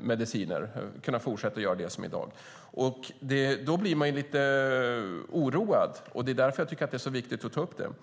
mediciner som i dag. Då blir jag lite oroad, och det är därför som jag tycker att det är så viktigt att ta upp frågan.